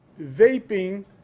Vaping